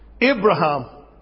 Abraham